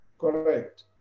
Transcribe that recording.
Correct